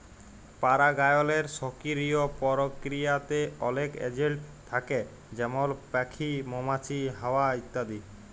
পারাগায়লের সকিরিয় পরকিরিয়াতে অলেক এজেলট থ্যাকে যেমল প্যাখি, মমাছি, হাওয়া ইত্যাদি